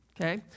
okay